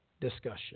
discussion